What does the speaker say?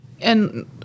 And-